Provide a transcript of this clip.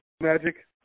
magic